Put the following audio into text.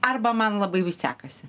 arba man labai jau sekasi